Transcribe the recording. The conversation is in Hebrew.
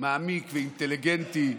מעמיק ואינטליגנטי,